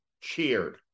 cheered